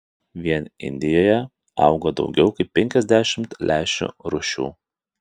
vien indijoje auga daugiau kaip penkiasdešimt lęšių rūšių